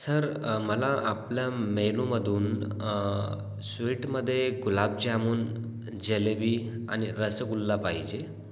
sir मला आपल्या मेनूमधून स्वीटमधे गुलाबजामुन जलेबी आणि रसगुल्ला पाहिजे